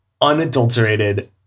unadulterated